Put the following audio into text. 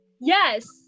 Yes